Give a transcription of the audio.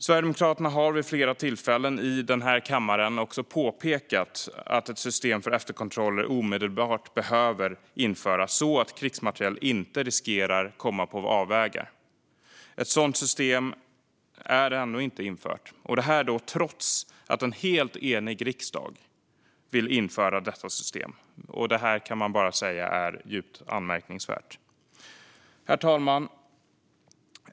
Sverigedemokraterna har vid flera tillfällen i kammaren påpekat att ett system för efterkontroller omedelbart behöver införas så att krigsmateriel inte riskerar att komma på avvägar. Ett sådant system är ännu inte infört trots att en helt enig riksdag vill införa detta system. Detta är djupt anmärkningsvärt. Herr talman!